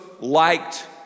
liked